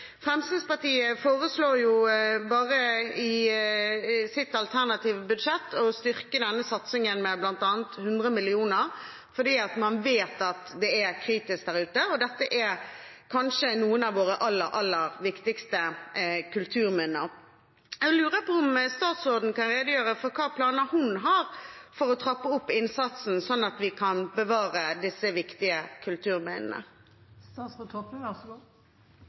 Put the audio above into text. Fremskrittspartiet foreslår jo i sitt alternative budsjett å styrke denne satsingen med bl.a. 100 mill. kr fordi man vet det er kritisk der ute, og dette er kanskje noen av våre aller, aller viktigste kulturminner. Jeg lurer på om statsråden kan redegjøre for hvilke planer hun har for å trappe opp innsatsen, sånn at vi kan bevare disse viktige